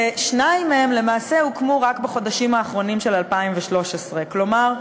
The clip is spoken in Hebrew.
ושניים מהם למעשה הוקמו רק בחודשים האחרונים של 2013. כלומר,